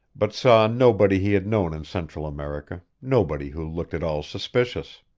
but saw nobody he had known in central america, nobody who looked at all suspicious.